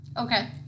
Okay